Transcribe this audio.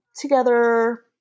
together